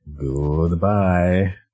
goodbye